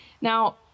Now